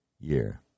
year